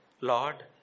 Lord